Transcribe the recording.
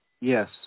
Yes